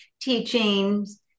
teachings